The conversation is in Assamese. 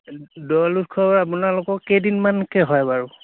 দৌল উৎসৱ আপোনালোকৰ কেইদিনমানকে হয় বাৰু